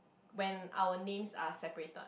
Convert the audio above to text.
when our names are separated